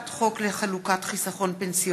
הצעת חוק לתיקון פקודת העיריות (קבלת חוות דעת היועץ המשפטי